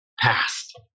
past